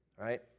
right